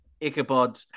Ichabod